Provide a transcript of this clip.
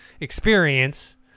experience